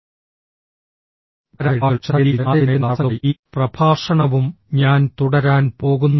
വ്യക്തിപരമായ ഇടപാടുകളിൽ ശ്രദ്ധ കേന്ദ്രീകരിച്ച് ആശയവിനിമയത്തിനുള്ള തടസ്സങ്ങളുമായി ഈ പ്രഭാഷണവും ഞാൻ തുടരാൻ പോകുന്നു